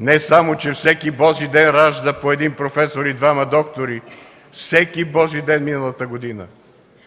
не само че всеки Божи ден ражда по един професор и двама доктори, всеки Божи ден миналата година,